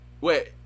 Wait